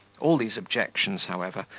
all these objections, however,